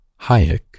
Hayek